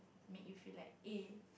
make you feel like eh